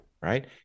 Right